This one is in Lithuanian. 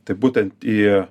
tai būtent tie